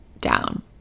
down